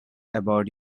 about